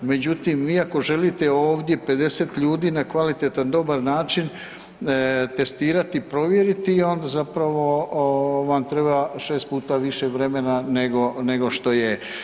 Međutim, vi ako želite ovdje 50 ljudi na kvalitetan, dobar način testirati i provjeriti onda zapravo vam treba 6 puta više vremena nego što je.